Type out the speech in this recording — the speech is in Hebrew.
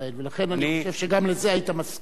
ולכן אני חושב שגם לזה היית מסכים ודאי.